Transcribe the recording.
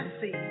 see